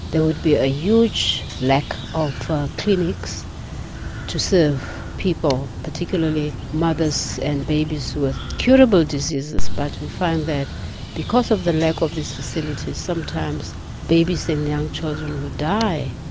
there would be a huge lack of clinics to serve people, particularly mothers and babies with curable diseases but who found that because of the lack of these facilities, sometimes babies and young children would die.